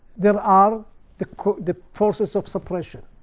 there are the the forces of suppression.